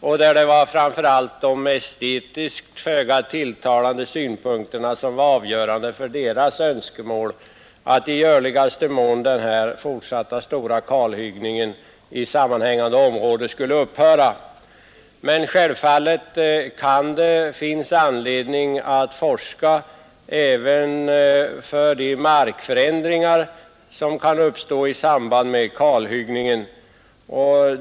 Framför allt var det hyggenas estetiskt föga tilltalande utseende som var det avgörande för dessa människors önskemål om att den fortsatta stora kalhuggningen i sammanhängande område i görligaste mån skulle upphöra. Men självfallet kan det finnas anledning att forska även med tanke på de markförändringar som kan uppstå i samband med kalhuggning.